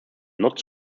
not